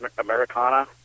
Americana